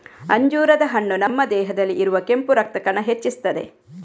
ಅಂಜೂರದ ಹಣ್ಣು ನಮ್ಮ ದೇಹದಲ್ಲಿ ಇರುವ ಕೆಂಪು ರಕ್ತ ಕಣ ಹೆಚ್ಚಿಸ್ತದೆ